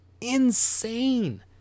Insane